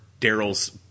Daryl's